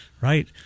Right